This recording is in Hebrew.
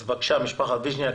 בבקשה, משפחת וישניאק.